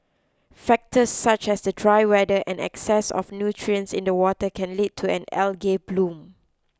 factors such as the dry weather and an excess of nutrients in the water can lead to an algae bloom